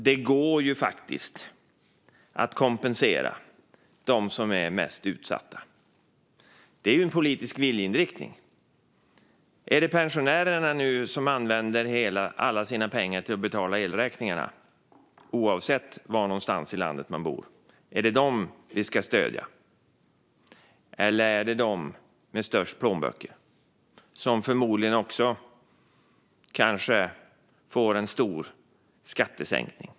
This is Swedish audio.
Det går faktiskt att kompensera dem som är mest utsatta. Det är en politisk viljeinriktning. Ska vi stödja de pensionärer som nu använder alla sina pengar till att betala elräkningarna, oavsett var i landet de bor, eller ska vi stödja dem som har störst plånböcker och som förmodligen också får en stor skattesänkning?